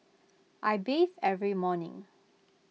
I bathe every morning